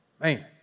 man